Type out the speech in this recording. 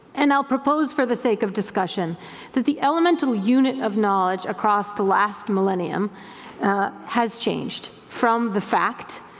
and i'll propose for the sake of discussion that the elemental unit of knowledge across the last millennium has changed from the fact,